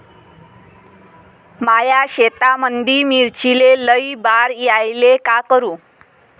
माया शेतामंदी मिर्चीले लई बार यायले का करू?